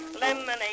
lemonade